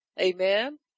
Amen